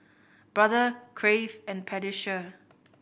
Brother Crave and Pediasure